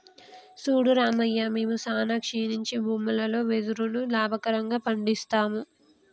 సూడు రామయ్య మేము సానా క్షీణించి భూములలో వెదురును లాభకరంగా పండిస్తాము